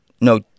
no